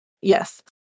Yes